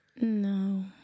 No